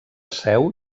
seu